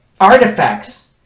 artifacts